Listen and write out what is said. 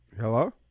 Hello